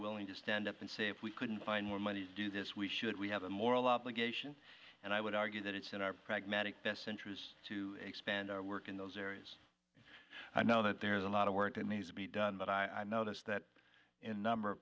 willing to stand up and say if we couldn't find more money to do this we should we have a moral obligation and i would argue that it's in our pragmatic best interest to expand our work in those areas i know that there's a lot of work that needs to be done but i notice that in number of